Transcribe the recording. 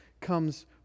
comes